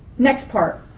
next part,